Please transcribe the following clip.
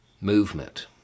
movement